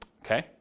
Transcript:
okay